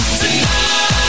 tonight